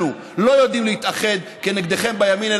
אנחנו לא יודעים להתאחד כנגדכם בימין,